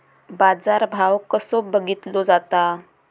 बाजार भाव कसो बघीतलो जाता?